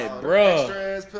bro